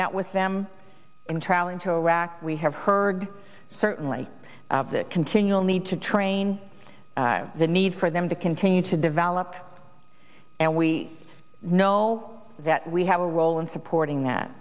met with them in traveling to iraq we have heard certainly the continual need to train the need for them to continue to develop and we know that we have a role in supporting that